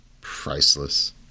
priceless